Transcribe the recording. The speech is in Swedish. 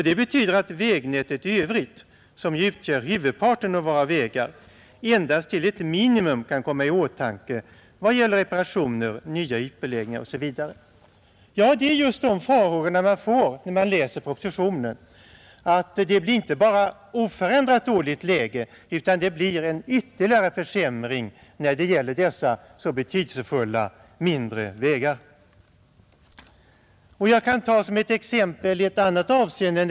Det betyder att vägnätet i övrigt, som ju utgör huvudparten av våra vägar, endast till ett minimum kan komma i åtanke i vad gäller reparationer, ny ytbeläggning osv. Det är just dessa farhågor man får när man läser propositionen; det blir inte bara ett oförändrat dåligt läge utan en ytterligare försämring för dessa betydelsefulla mindre vägar. Jag kan anföra ett annat exempel.